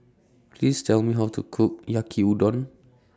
Please Tell Me How to Cook Yaki Udon